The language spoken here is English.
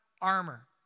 armor